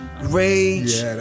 Rage